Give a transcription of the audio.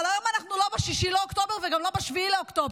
אבל היום אנחנו לא ב-6 באוקטובר וגם לא ב-7 באוקטובר.